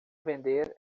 vender